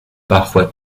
parfois